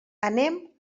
anem